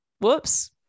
whoops